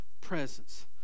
presence